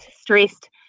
stressed